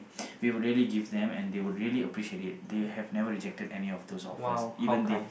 we will really give them and they will really appreciate it they have never rejected any of those offers even they